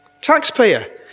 Taxpayer